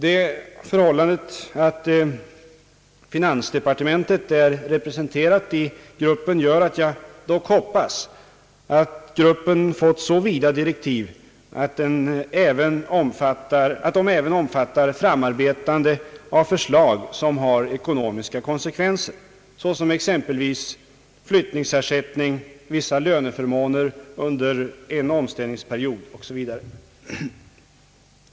Det förhållandet att finansdepartementet är representerat i grup pen gör dock att jag hoppas, att gruppen fått så vida direktiv att de även omfattar framarbetandet av förslag som har ekonomiska konsekvenser, exempelvis flyttningsersättning, vissa löneförmåner under en omställningsperiod OSV.